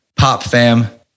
POPFAM